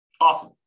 Awesome